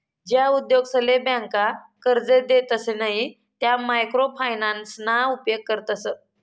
ज्या उद्योगसले ब्यांका कर्जे देतसे नयी त्या मायक्रो फायनान्सना उपेग करतस